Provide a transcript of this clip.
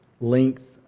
length